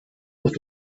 with